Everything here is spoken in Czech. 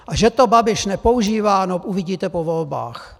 A že to Babiš nepoužívá, uvidíte po volbách.